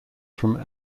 from